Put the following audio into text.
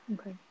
Okay